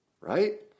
right